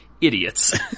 idiots